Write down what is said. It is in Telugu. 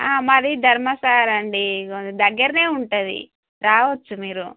మరి ధర్మసార అండి కొ దగ్గరనే ఉంటుంది రావచ్చు మీరు